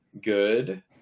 good